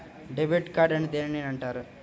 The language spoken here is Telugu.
డెబిట్ కార్డు అని దేనిని అంటారు?